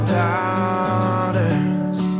daughters